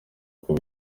uko